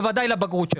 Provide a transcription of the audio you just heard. בוודאי לבגרות שלו,